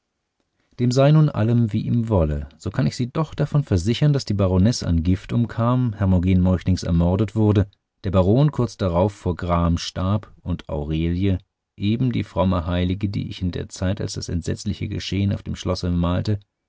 dem sei nun allem wie ihm wolle so kann ich sie doch davon versichern daß die baronesse an gift umkam hermogen meuchlings ermordet wurde der baron kurz darauf vor gram starb und aurelie eben die fromme heilige die ich in der zeit als das entsetzliche geschehen auf dem schlosse malte